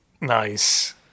Nice